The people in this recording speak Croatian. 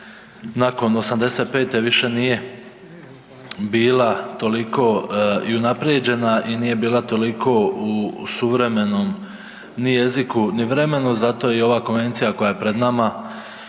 nakon '85. više nije bila toliko i unaprijeđena i nije bila toliko u suvremenom ni jeziku ni vremenu, zato i ova konvencija koja je pred nama